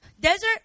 desert